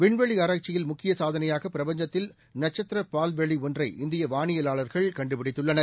விண்வெளி ஆராய்ச்சியில் முக்கிய சாதனையாக பிரபஞ்சத்தில் நட்சத்திர பால்வெளி ஒன்றை இந்திய வானியலாளர்கள் கண்டுபிடித்துள்ளனர்